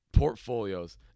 portfolios